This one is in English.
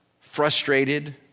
frustrated